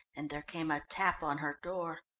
and there came a tap on her door.